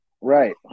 right